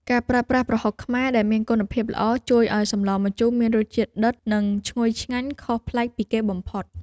ការប្រើប្រាស់ប្រហុកខ្មែរដែលមានគុណភាពល្អជួយឱ្យសម្លម្ជូរមានរសជាតិដិត និងឈ្ងុយឆ្ងាញ់ខុសប្លែកពីគេបំផុត។